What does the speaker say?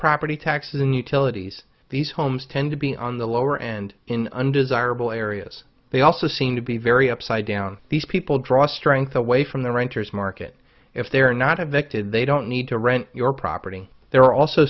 property taxes and utilities these homes tend to be on the lower end in undesirable areas they also seem to be very upside down these people draw strength away from the renters market if they're not a victim they don't need to rent your property there are also